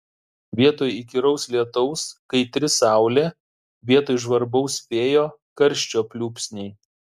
vietoj įkyraus lietaus kaitri saulė vietoj žvarbaus vėjo karščio pliūpsniai